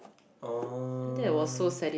oh